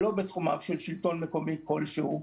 שלא בתחומיו של שלטון מקומי כלשהו,